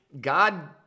God